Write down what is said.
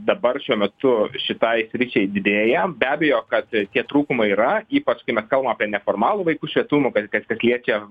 dabar šiuo metu šitai sričiai didėja be abejo kad tie trūkumai yra ypač kai mes kalbam apie neformalų vaikų švietumą kas kas liečia